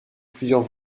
plusieurs